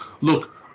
look